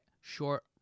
short